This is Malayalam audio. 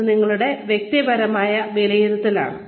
ഇത് നിങ്ങളുടെ വ്യക്തിപരമായ വിലയിരുത്തലാണ്